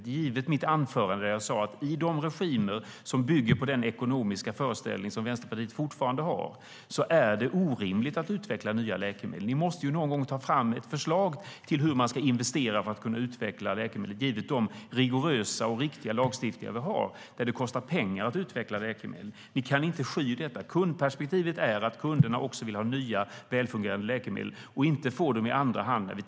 Som jag sa i mitt anförande är det orimligt att utveckla nya läkemedel i de regimer som bygger på de ekonomiska föreställningar som Vänsterpartiet fortfarande har. Ni måste någon gång ta fram ett förslag till hur man ska investera för att kunna utveckla läkemedel, Karin Rågsjö, givet de rigorösa och riktiga lagstiftningar vi har, där det kostar pengar att utveckla läkemedel. Vi kan inte sky detta. Kundperspektivet är att kunderna också vill ha nya välfungerande läkemedel och inte få dem i andra hand.